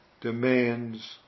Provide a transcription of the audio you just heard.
demands